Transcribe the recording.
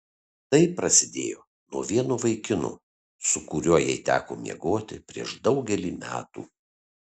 tai prasidėjo nuo vieno vaikino su kuriuo jai teko miegoti prieš daugelį metų